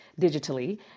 digitally